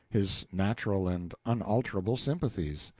his natural and unalterable sympathies.